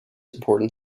important